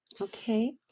Okay